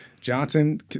Johnson